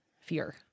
fear